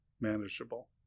manageable